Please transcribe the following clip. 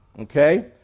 Okay